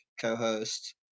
co-host